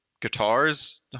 guitars